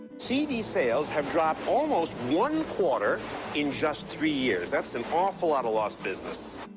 cd sales, have dropped almost one quarter in just three years. that's an awful lot of lost business.